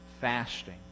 fasting